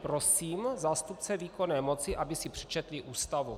Prosím zástupce výkonné moci, aby si přečetli Ústavu.